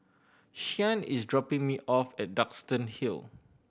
Shyann is dropping me off at Duxton Hill